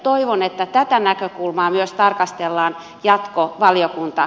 toivon että tätä näkökulmaa myös tarkastellaan jatko valiokunta